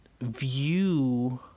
view